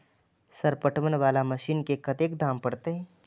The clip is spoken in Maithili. सर पटवन वाला मशीन के कतेक दाम परतें?